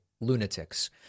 lunatics